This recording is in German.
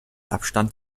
abstand